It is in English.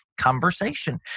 conversation